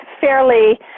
fairly